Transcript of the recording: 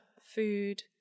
food